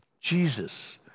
Jesus